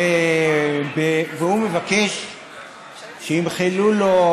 והוא מבקש שימחלו לו,